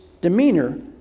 demeanor